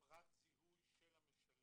שהרגולטור המוכשר